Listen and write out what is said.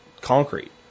concrete